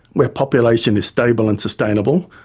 where population is stable and sustainable,